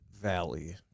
valley